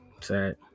Sad